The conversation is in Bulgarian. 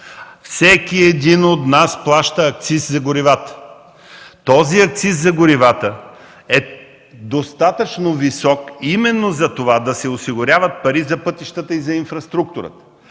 Всеки от нас плаща акциз за горивата. Той е достатъчно висок именно за това – да се осигуряват пари за пътищата, за инфраструктурата.